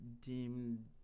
deemed